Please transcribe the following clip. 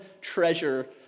treasure